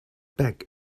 back